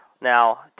now